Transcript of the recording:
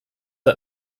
let